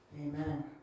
Amen